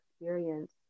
experience